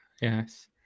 Yes